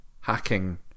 hacking